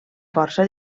força